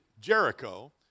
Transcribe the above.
Jericho